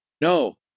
No